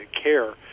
care